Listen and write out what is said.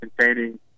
containing